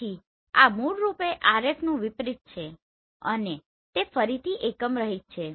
તેથી આ મૂળ રૂપે RFનું વિપરીત છે અને તે ફરીથી એકમરહિત છે